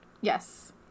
yes